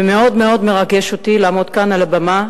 ומאוד-מאוד מרגש אותי לעמוד כאן על הבמה